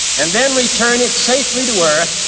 and then return it safely to earth.